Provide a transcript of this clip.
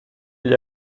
gli